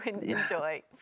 enjoy